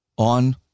on